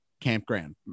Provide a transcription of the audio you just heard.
campground